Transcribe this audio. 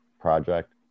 project